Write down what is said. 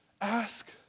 ask